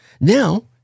Now